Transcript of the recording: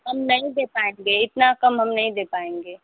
हम नहीं दे पाएँगे इतना कम हम नहीं दे पाएँगे